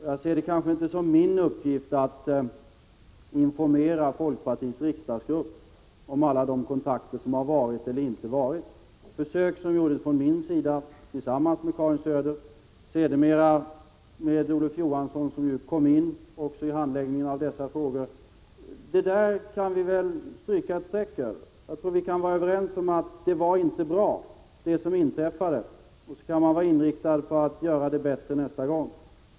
Jag ser det inte 53 heller som min uppgift att informera folkpartiets riksdagsgrupp om alla de kontakter som varit eller inte varit, försök som gjordes från min sida tillsammans med Karin Söder och sedermera med Olof Johansson, som också kom in i handläggningen av dessa frågor. Men det där kan vi väl stryka ett streck över. Jag tror att vi kan vara överens om att det som inträffade inte var bra, och sedan kan man vara inriktad på att göra det bättre nästa gång.